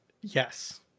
yes